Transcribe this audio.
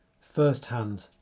firsthand